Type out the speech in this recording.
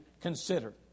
consider